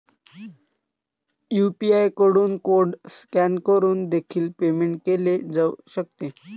UPI कडून code scan करून देखील पेमेंट केले जाऊ शकते